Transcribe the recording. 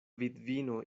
vidvino